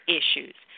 issues